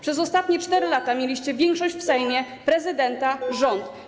Przez ostatnie 4 lata mieliście większość w Sejmie, prezydenta, rząd.